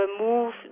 remove